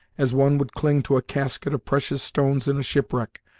as one would cling to a casket of precious stones in a shipwreck,